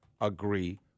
agree